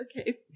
okay